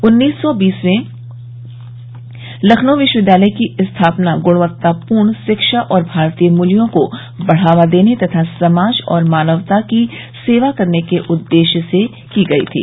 उन्नीस सौ बीस में लखनऊ विश्वविद्यालय की स्थापना गुणवत्तापूर्ण शिक्षा और भारतीय मूल्यों को बढ़ावा देने तथा समाज और मानवता की सेवा करने के उद्देश्य से की गई थी